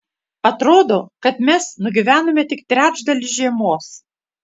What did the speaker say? atrodo kad mes nugyvenome tik trečdalį žiemos